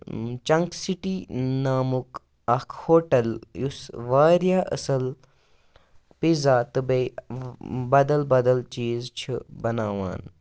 chunk city نامُک اَکھ hotel یُس واریاہ اَصٕل پیٖزا تہٕ بیٚیہِ بَدَل بَدَل چیٖز چھِ بَناوان